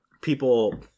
people